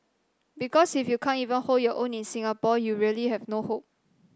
because if you can't even hold your own in Singapore you really have no hope